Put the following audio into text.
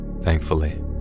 thankfully